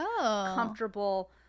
comfortable